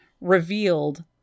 revealed